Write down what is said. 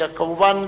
כמובן,